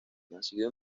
nacido